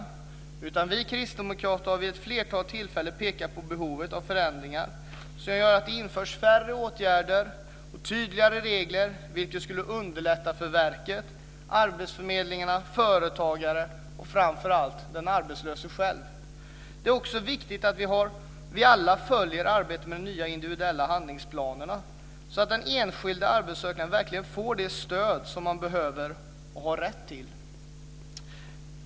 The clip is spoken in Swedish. Vi kristdemokrater har vid ett flertal tillfällen pekat på behovet av förändringar som gör att det införs färre åtgärder och tydligare regler. Detta skulle underlätta för verket, arbetsförmedlingarna, företagarna och framför allt den arbetslöse själv. Det är också viktigt att vi alla följer arbetet med de nya individuella handlingsplanerna så att den enskilde arbetssökande verkligen får det stöd man behöver och har rätt till.